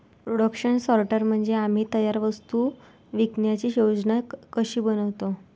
production sorter म्हणजे आम्ही तयार वस्तू विकण्याची योजना कशी बनवतो